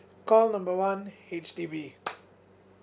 call number one H_D_B